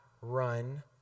run